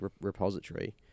repository